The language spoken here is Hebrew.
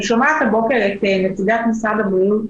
אני שומעת הבוקר את נציגת משרד הבריאות